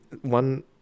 one